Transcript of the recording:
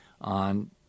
on